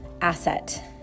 asset